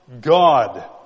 God